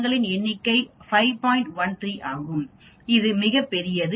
13 ஆகும் இது மிகப் பெரியது